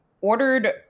ordered